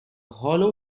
hollow